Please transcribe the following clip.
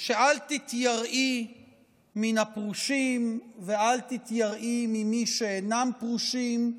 "אל תתייראי מן הפרושין ולא ממי שאינן פרושין",